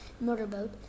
motorboat